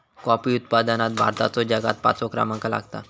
coffee उत्पादनात भारताचो जगात पाचवो क्रमांक लागता